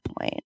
point